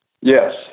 Yes